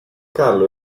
carlo